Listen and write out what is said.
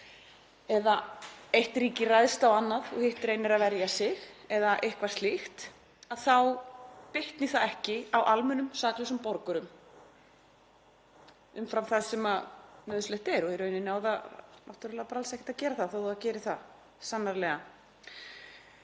eða eitt ríki ræðst á annað og hitt reynir að verja sig eða eitthvað slíkt, þá bitni það ekki á almennum saklausum borgurum umfram það sem nauðsynlegt er og í rauninni á það náttúrlega bara alls ekkert að gera það þótt það geri það sannarlega.